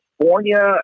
California